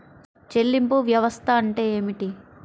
చెల్లింపు వ్యవస్థ అంటే ఏమిటి?